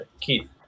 Keith